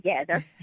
together